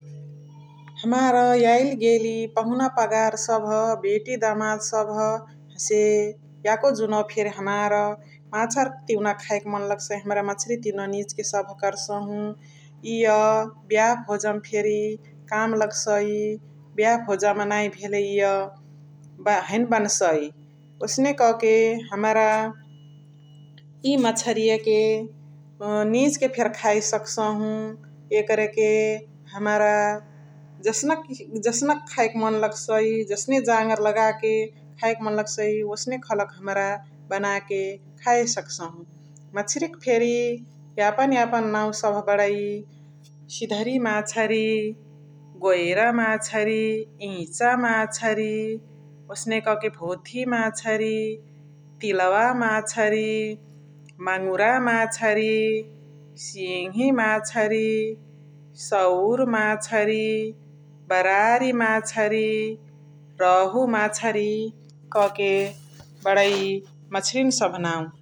हमरा याइली गेली पहुना पगार सबह बेटी दमाद सबह । हसे याको जुनवा फेरी हमार माछार तिउना खाएके मन लगसाइ । हमरा माछारिय तिउनावा निझके सबह करसाहु । इअ बियाह भोजामअ फेरी काम लगसाइ । बियाह भोज मा नाही भेले इअ हैने बनसाइ । ओसने कके हमरा इ मछरियाके निझके फेरी खाए सकसाहु । एकरके हमरा जसनक जसनक खाएके मन लगसाइ जसने जागर लगाके खाएके मन लगसाइ । ओसने खलक हमरा बनाके खाए सकसाहु । मछरिक फेरी यापन यापन नाउ सबह बणइ । सिधरी माछरि, गोएरा माछरि, इचा माछरी । ओसने कके भोथी माछरि, तिलवा माछरि, मङुरा माछरि, सिङ्ही माछरि, सौर माछरि, बाराअरी माछरि, रहु माछरी कके बणइ माछारियानी सबह नाउ ।